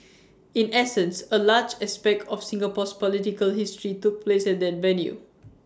in essence A large aspect of Singapore's political history took place at that venue